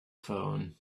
phone